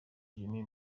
jimmy